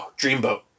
Dreamboat